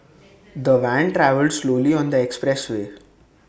the van travelled slowly on the expressway